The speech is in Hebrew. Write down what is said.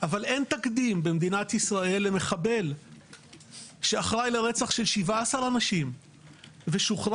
אבל אין תקדים במדינת ישראל למחבל שאחראי לרצח של 17 אנשים ושוחרר